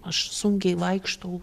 aš sunkiai vaikštau